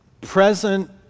present